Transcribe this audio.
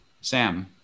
Sam